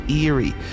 eerie